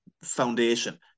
foundation